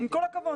עם כל הכבוד.